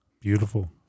beautiful